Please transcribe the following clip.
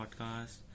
podcast